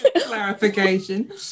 Clarification